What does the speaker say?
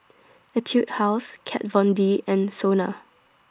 Etude House Kat Von D and Sona